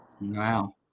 wow